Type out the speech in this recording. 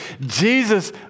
Jesus